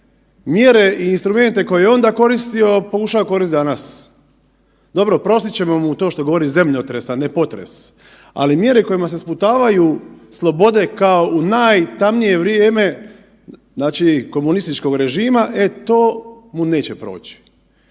mjere i instrumente koje je onda koristio, pokušava koristiti danas. Dobro, oprostit ćemo mu to što govori zemljotres, a ne potres, ali mjere kojima se sputavaju slobode kao u najtamnije vrijeme znači, komunističkog režima, e to mu neće proći.